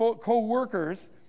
co-workers